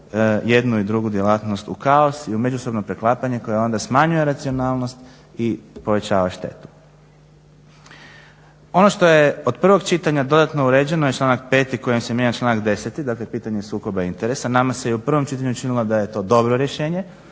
jednu i drugu djelatnost u kaos i u međusobno preklapanje koje onda smanjuje racionalnost i povećava štetu. Ono što je od prvog čitanja dodatno uređeno je članak 5. kojim se mijenja članak 10., dakle pitanje sukoba interesa. Nama se i u prvom čitanju činilo da je to dobro rješenje.